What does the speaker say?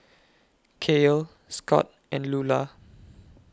Cael Scott and Lula